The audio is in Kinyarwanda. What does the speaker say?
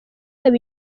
yaba